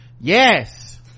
Yes